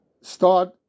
start